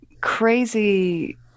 crazy